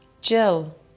Jill